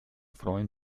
freuen